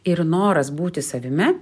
ir noras būti savimi